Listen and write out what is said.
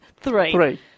Three